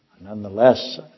Nonetheless